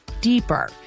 deeper